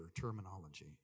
terminology